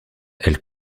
elle